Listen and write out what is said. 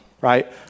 right